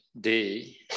day